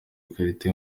ikarita